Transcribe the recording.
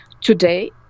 today